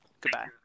Goodbye